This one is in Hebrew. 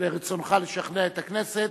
לרצונך לשכנע את הכנסת